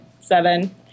seven